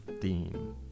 theme